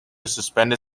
suspended